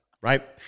right